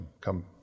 come